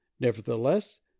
nevertheless